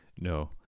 No